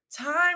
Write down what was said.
time